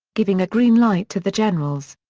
giving a green light to the generals.